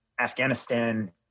Afghanistan